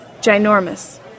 Ginormous